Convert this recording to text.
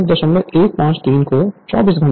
यह पूरे दिन के दौरान कुल उत्पादन की वैल्यू है